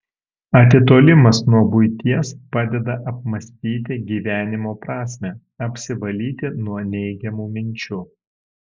atitolimas nuo buities padeda apmąstyti gyvenimo prasmę apsivalyti nuo neigiamų minčių